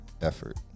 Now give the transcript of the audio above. effort